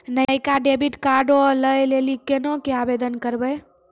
नयका डेबिट कार्डो लै लेली केना के आवेदन करबै?